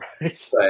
Right